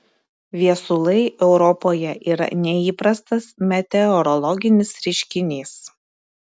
viesulai europoje yra neįprastas meteorologinis reiškinys